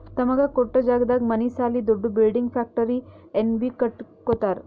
ತಮಗ ಕೊಟ್ಟ್ ಜಾಗದಾಗ್ ಮನಿ ಸಾಲಿ ದೊಡ್ದು ಬಿಲ್ಡಿಂಗ್ ಫ್ಯಾಕ್ಟರಿ ಏನ್ ಬೀ ಕಟ್ಟಕೊತ್ತರ್